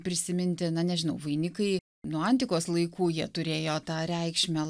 prisiminti na nežinau vainikai nuo antikos laikų jie turėjo tą reikšmę